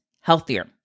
healthier